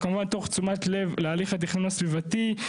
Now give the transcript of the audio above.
כמובן תוך תשומת לב להליך התכנון הסביבתי.